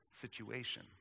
situation